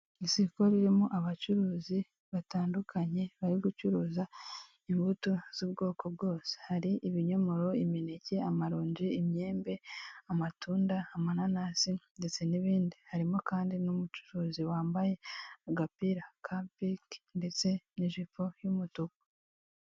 Isoko ririmo abacuruzi batandukanye bari gucuruza imbuto z'ubwoko bwose hari ibinyomoro, imineke, amaronji, imyembe, amatunda, amananasi ndetse n'ibindi. Harimo kandi n'umucuruzi wambaye agapira ka pnki ndetse n'ijipo y'umutuku.